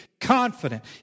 confident